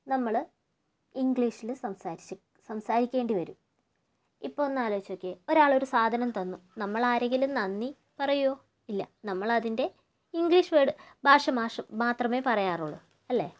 നമ്മള് ഇംഗ്ലീഷില് സംസാരിച്ച് സംസാരിക്കേണ്ടി വരും ഇപ്പോൾ ഒന്നാലോചിച്ചു നോക്കിയേ ഒരാളൊരു സാധനം തന്നു നമ്മളാരെങ്കിലും നന്ദി പറയുമോ ഇല്ല നമ്മളതിൻ്റെ ഇംഗ്ലീഷ് വേർഡ് ഭാഷ മാത്രമേ പറയാറുള്ളൂ അല്ലേ